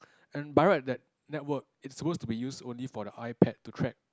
and by right that network is suppose to be use only for the iPad to track